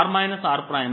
r r